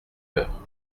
eure